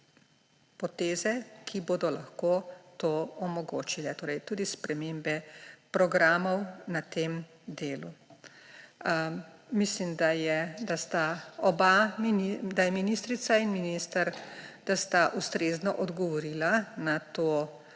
poteze, ki bodo lahko to omogočile, torej tudi spremembe programov na tem delu. Mislim, da sta ministrica in minister ustrezno odgovorila na to